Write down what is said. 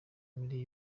muri